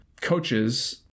Coaches